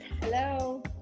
Hello